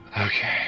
Okay